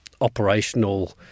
operational